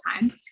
time